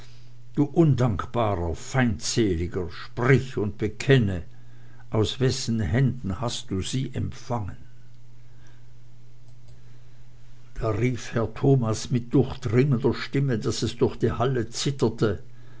du undankbarer feindseliger sprich und bekenne aus wessen händen hast du sie empfangen da rief herr thomas mit durchdringender stimme daß es durch die halle zitterte